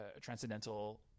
transcendental